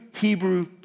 Hebrew